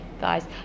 guys